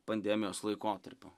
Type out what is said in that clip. pandemijos laikotarpiu